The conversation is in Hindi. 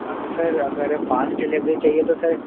हाँ तो सर अगर फ़ास्ट डिलेवरी चाहिए तो सर